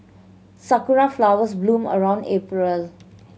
sakura flowers bloom around April